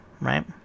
right